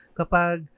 kapag